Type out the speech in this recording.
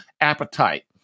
appetite